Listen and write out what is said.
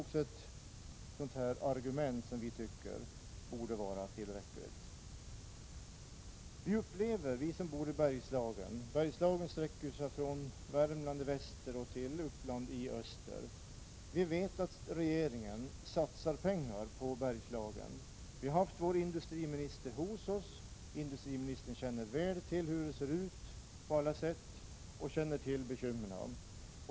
Det är ett argument som vi tycker borde vara tillräckligt. Vi som bor i Bergslagen — Bergslagen sträcker sig ifrån Värmland i väster till Uppland i öster — vet att regeringen satsar pengar på Bergslagen. Vi har haft vår industriminister hos oss — industriministern känner väl till hur det ser ut och känner till bekymren.